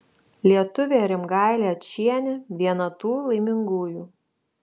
lietuvė rimgailė ačienė viena tų laimingųjų